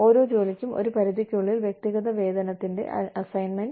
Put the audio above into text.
ഓരോ ജോലിക്കും ഒരു പരിധിക്കുള്ളിൽ വ്യക്തിഗത വേതനത്തിന്റെ അസൈൻമെന്റ്